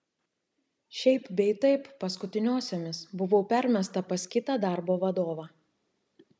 šiaip bei taip paskutiniosiomis buvau permesta pas kitą darbo vadovą